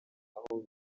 aho